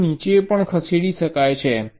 C નીચે પણ ખસેડી શકાય છે